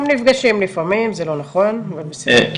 הם נפגשים לפעמים, זה לא נכון, אבל בסדר.